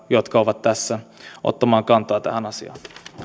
jotka ovat täällä ottavan kantaa tähän asiaan